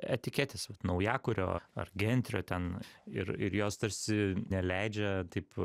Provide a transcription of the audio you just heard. etiketės naujakurio ar gentrio ten ir ir jos tarsi neleidžia taip